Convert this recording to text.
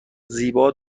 زیبا